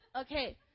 Okay